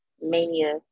mania